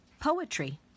Poetry